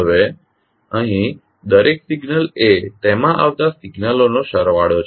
હવે અહીં દરેક સિગ્નલ એ તેમાં આવતા સિગ્નલનો સરવાળો છે